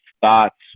thoughts